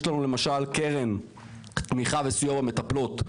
יש לנו למשל קרן תמיכה וסיוע במטפלות,